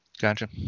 gotcha